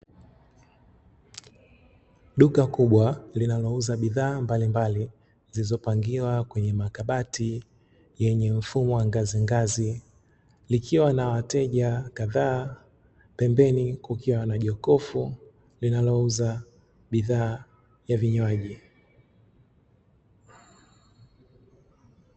Duka kubwa linalouza bidhaa mbalimbali zilizopangiliwa kwenye makabati yenye mfumo wa ngazingazi, likiwa na wateja kadhaa pembeni kukiwa na jokofu linalouza bidhaa ya vinywaji.